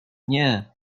nie